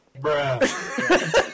bruh